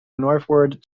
northward